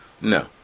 No